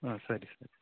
ಹಾಂ ಸರಿ ಸರಿ